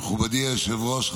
מכובדי היושב-ראש,